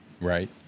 right